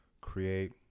create